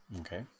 Okay